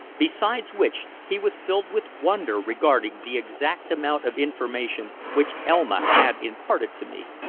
besides which, he was filled with wonder regarding the exact amount of information which elma had imparted to me.